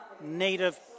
native